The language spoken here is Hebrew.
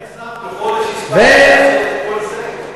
אדוני השר, בחודש הספקת לעשות את כל זה?